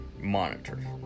monitored